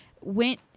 went